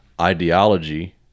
ideology